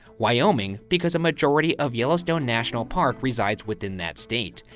wyoming because a majority of yellowstone national park resides within that state,